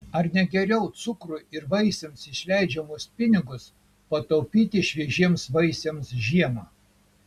ar ne geriau cukrui ir vaisiams išleidžiamas pinigus pataupyti šviežiems vaisiams žiemą